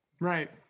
right